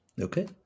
Okay